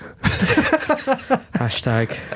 Hashtag